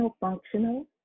functional